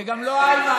וגם לא איימן,